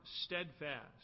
steadfast